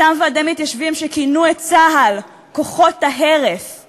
אותם ועדי מתיישבים שכינו את צה"ל "כוחות ההרס";